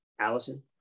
Allison